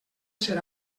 ser